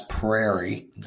prairie